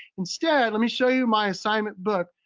instead, let me show you my assignment book.